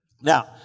Now